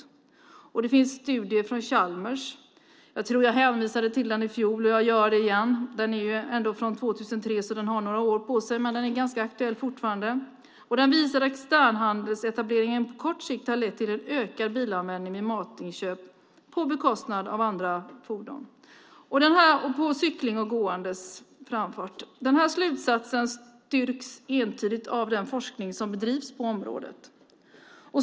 Jag tror att jag hänvisade till en studie från Chalmers i debatten i fjol, och jag gör det igen. Den är från 2003, så den har några år på nacken, men den är ganska aktuell fortfarande. Den visar att externhandelsetableringen på kort sikt har lett till en ökad bilanvändning vid matinköp på bekostnad av cykling och gående. Denna slutsats styrks entydigt av den forskning som bedrivs på området.